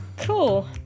Cool